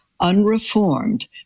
unreformed